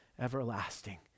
everlasting